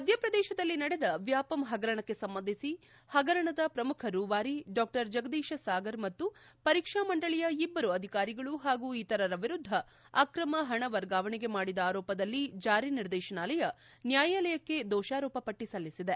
ಮಧ್ಯಪ್ರದೇಶದಲ್ಲಿ ನಡೆದ ವ್ಲಾಪಂ ಹಗರಣಕ್ಕೆ ಸಂಬಂಧಿಸಿ ಹಗರಣದ ಪ್ರಮುಖ ರೂವಾರಿ ಡಾ ಜಗದೀಶ ಸಾಗರ್ ಮತ್ತು ಪರೀಕ್ಷಾ ಮಂಡಳಿಯ ಇಬ್ಬರು ಅಧಿಕಾರಿಗಳು ಹಾಗೂ ಇತರರ ವಿರುದ್ದ ಅಕ್ರಮ ಹಣ ವರ್ಗಾವಣೆಗೆ ಮಾಡಿದ ಆರೋಪದಲ್ಲಿ ಜಾರಿ ನಿರ್ದೇತನಾಲಯ ನ್ನಾಯಾಲಯಕ್ಕೆ ದೋಷಾರೋಪ ಪಟ್ಟ ಸಲ್ಲಿಸಿದೆ